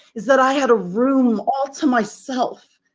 is that i had a room all to myself.